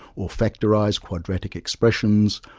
or factorise quadratic expressions,